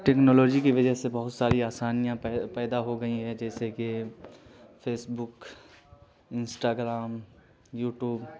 technology کی وجہ سے بہت ساری آسانیاں پیدا ہو گئی ہیں جیسے کہ فیسبک انسٹاگرام یوٹوب